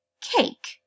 Cake